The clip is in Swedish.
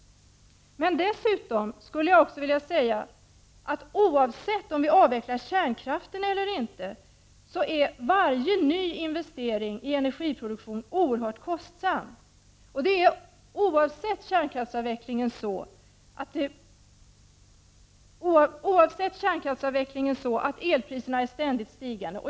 Dessutom skulle jag vilja säga, att oavsett om vi avvecklar kärnkraften eller inte är varje ny investering i energiproduktion oerhört kostsam. Oavsett kärnkraftsavvecklingen är elpriserna ständigt stigande.